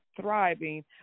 thriving